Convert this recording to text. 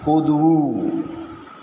કૂદવું